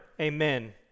Amen